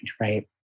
right